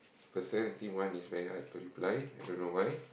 personality one is very hard to reply I don't know why